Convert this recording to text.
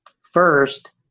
First